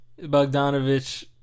Bogdanovich